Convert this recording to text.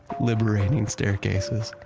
liberating staircases.